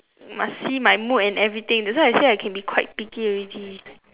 must see my mood and everything that why I say I can be quite picky already